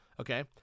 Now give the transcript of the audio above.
okay